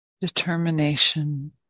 determination